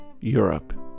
Europe